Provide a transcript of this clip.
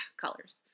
Colors